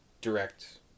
direct